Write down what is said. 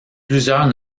plusieurs